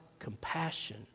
Compassion